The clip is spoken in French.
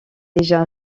déjà